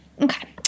Okay